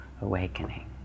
awakening